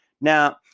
Now